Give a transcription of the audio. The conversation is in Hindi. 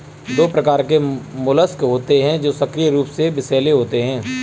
दो प्रकार के मोलस्क होते हैं जो सक्रिय रूप से विषैले होते हैं